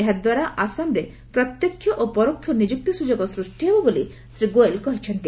ଏହାଦ୍ୱାରା ଆସାମରେ ପ୍ରତ୍ୟକ୍ଷ ଓ ପରୋକ୍ଷ ନିଯୁକ୍ତି ସୁଯୋଗ ସୂଷ୍ଟି ହେବ ବୋଲି ଶ୍ରୀ ଗୋଏଲ କହିଛନ୍ତି